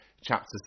chapter